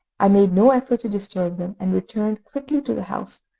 i made no effort to disturb them, and returned quickly to the house,